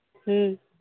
ᱦᱮᱸ